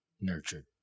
nurtured